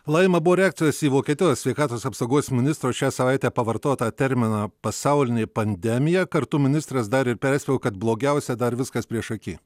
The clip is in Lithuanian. laima buvo reakcijos į vokietijos sveikatos apsaugos ministro šią savaitę pavartotą terminą pasaulinė pandemija kartu ministras dar ir perspėjo kad blogiausia dar viskas priešaky